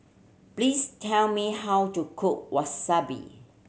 please tell me how to cook Wasabi